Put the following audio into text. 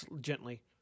gently